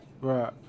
Right